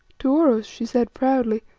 to oros she said proudly